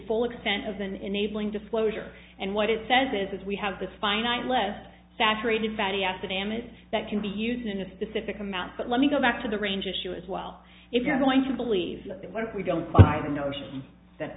full extent of an enabling disclosure and what it says is we have this finite list saturated fatty acid damage that can be used in a specific amount but let me go back to the range issue as well if you're going to believe that what if we don't